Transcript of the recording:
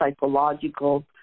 psychological